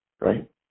Right